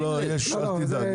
לא, לא, יש, את תדאג.